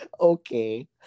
Okay